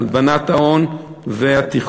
הלבנת ההון והתחכומים.